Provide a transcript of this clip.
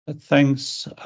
Thanks